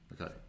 Okay